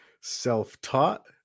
Self-taught